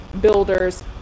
builders